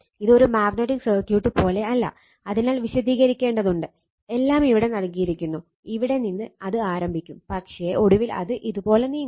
ഇത് ഒരു magnetic circuit പോലെ അല്ല അതിനാൽ വിശദീകരിക്കേണ്ടതുണ്ട് എല്ലാം ഇവിടെ നൽകിയിരിക്കുന്നു ഇവിടെ നിന്ന് അത് ആരംഭിക്കും പക്ഷേ ഒടുവിൽ അത് ഇതുപോലെ നീങ്ങും